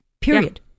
Period